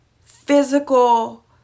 physical